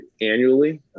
annually